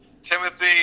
Timothy